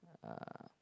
uh